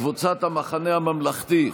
קבוצת סיעת המחנה הממלכתי,